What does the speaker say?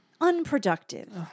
unproductive